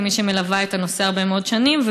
כמי שמלווה את הנושא הרבה מאוד שנים,